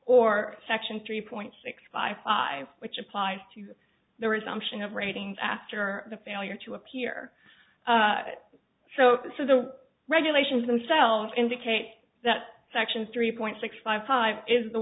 or section three point six five five which applies to the resumption of ratings after the failure to appear so and so the regulations themselves indicate that sections three point six five five is the